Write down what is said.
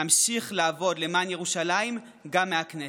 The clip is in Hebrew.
אמשיך לעבוד למען ירושלים גם מהכנסת.